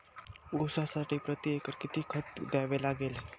ऊसासाठी प्रतिएकर किती खत द्यावे लागेल?